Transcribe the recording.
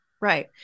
Right